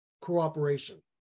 cooperation